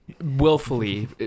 willfully